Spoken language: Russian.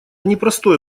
непростой